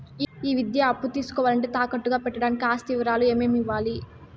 ఈ విద్యా అప్పు తీసుకోవాలంటే తాకట్టు గా పెట్టడానికి ఆస్తి వివరాలు ఏమేమి ఇవ్వాలి?